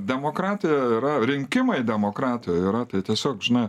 demokratija yra rinkimai demokratijoj yra tai tiesiog žinai